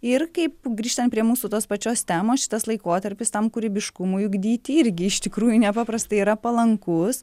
ir kaip grįžtant prie mūsų tos pačios temos šitas laikotarpis tam kūrybiškumui ugdyti irgi iš tikrųjų nepaprastai yra palankus